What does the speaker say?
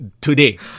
Today